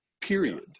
period